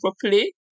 properly